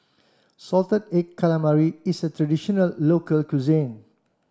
salted egg calamari is a traditional local cuisine